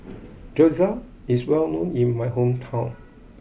Gyoza is well known in my hometown